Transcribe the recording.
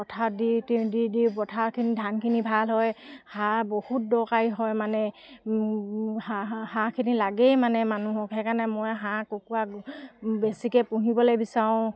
পথাৰত দিওঁ পথাৰত দি দি পথাৰখিনি ধানখিনি ভাল হয় সাৰ বহুত দৰকাৰী হয় মানে হাঁহখিনি লাগেই মানে মানুহক সেইকাৰণে মই হাঁহ কুকুৰা বেছিকৈ পুহিবলৈ বিচাৰোঁ